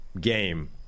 game